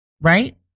right